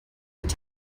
table